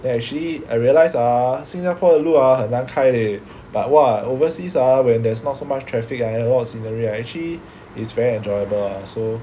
then actually I realise ah Singapore 的路啊很难开 leh but !wah! overseas ah when there's not so much traffic and a lot of scenery ah actually it's very enjoyable ah so